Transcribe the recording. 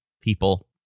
people